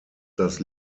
das